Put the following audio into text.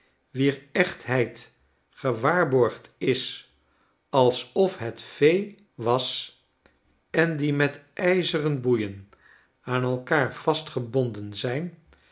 wier echtheid gewaarborgd is alsof het vee was en die met ijzeren boeieij aan elkaar vastgebonden zijn